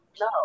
No